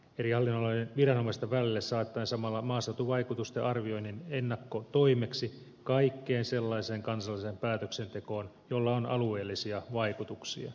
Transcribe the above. eri hallinnonalojen viranomaisten välille saattaen samalla maaseutuvaikutusten arvioinnin ennakkotoimeksi kaikkeen sellaiseen kansalliseen päätöksentekoon jolla on alueellisia vaikutuksia